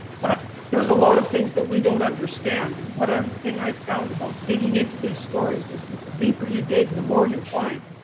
but there's a lot of things that we don't understand. and one um thing i found about digging into these stories is that the deeper you dig, the more you find.